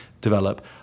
develop